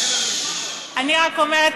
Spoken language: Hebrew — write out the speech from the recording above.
אני רק אומרת,